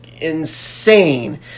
insane